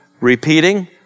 repeating